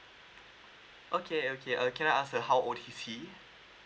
okay okay uh can I ask uh how old is he